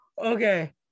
Okay